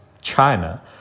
China